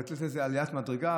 לתת בזה עליית מדרגה,